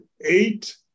eight